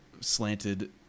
slanted